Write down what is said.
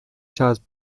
část